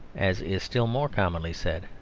as is still more commonly said,